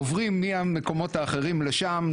עוברים מהמקומות האחרים לשם,